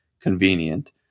convenient